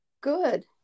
Good